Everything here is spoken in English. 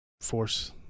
force